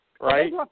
right